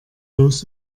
los